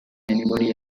anybody